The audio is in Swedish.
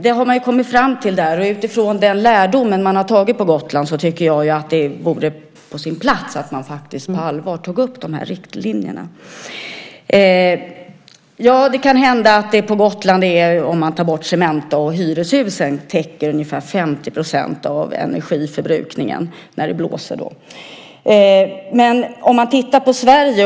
Det har man kommit fram till där, och utifrån den lärdom man har dragit på Gotland tycker jag att det vore på sin plats att man tar upp de här riktlinjerna på allvar. Det kan hända att det täcker ungefär 50 % av energiförbrukningen när det blåser på Gotland om man tar bort Cementa och hyreshusen.